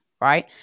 right